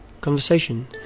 Conversation